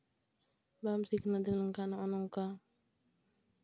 ᱵᱟᱢ ᱥᱤᱠᱷᱱᱟᱹᱛ ᱞᱮᱱᱠᱷᱟᱱ ᱱᱚᱜᱼᱚᱭ ᱱᱚᱝᱠᱟ